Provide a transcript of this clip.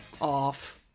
off